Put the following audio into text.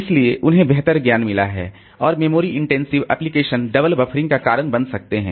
इसलिए उन्हें बेहतर ज्ञान मिला है और memory intensive application double buffering का कारण बन सकते हैं